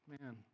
Man